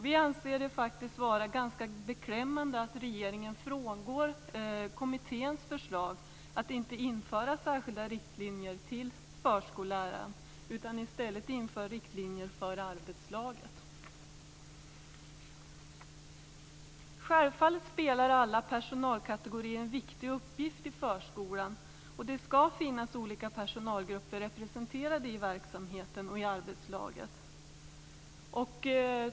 Vi anser det faktiskt vara ganska beklämmande att regeringen frångår kommitténs förslag att inte införa särskilda riktlinjer till förskolläraren utan i stället inför riktlinjer för arbetslaget. Självfallet spelar alla personalkategorier en viktig uppgift i förskolan, och det skall finnas olika personalgrupper representerade i verksamheten och i arbetslaget.